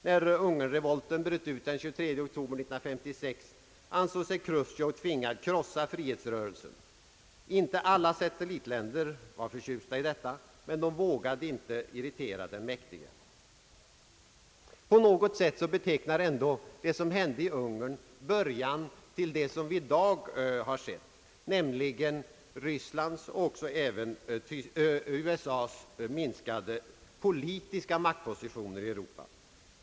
När ungernrevolten bröt ut den 23 oktober 1956, ansåg sig Chrustjov tvingad att krossa frihetsrörelsen. Inte alla satellitländer var förtjusta i detta, men de vågade inte irritera den mäktige. På något sätt betecknar ändå det som hände i Ungern början till det som i dag har skett, nämligen Rysslands och USA:s minskade politiska maktpositioner i Europa.